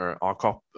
encore